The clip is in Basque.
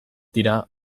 dira